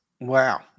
Wow